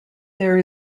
there